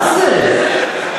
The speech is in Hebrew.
מה זה?